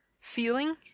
feeling